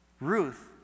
Ruth